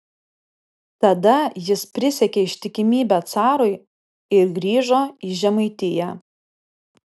tada jis prisiekė ištikimybę carui ir grįžo į žemaitiją